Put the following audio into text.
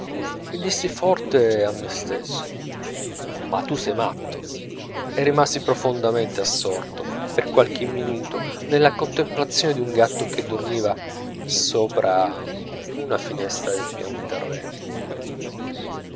e dissi forte a me stesso ma tu sei matto e rimasi profondamente assorto per qualche minuto nella contemplazione d'un gatto che dormiva sopra una finestra del pian terreno